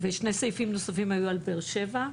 ושני סעיפים נוספים היו על באר שבע.